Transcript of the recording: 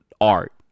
art